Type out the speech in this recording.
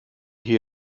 hier